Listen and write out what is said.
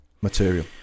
material